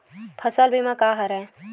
फसल बीमा का हरय?